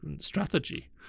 strategy